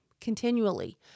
continually